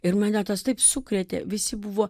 ir mane tas taip sukrėtė visi buvo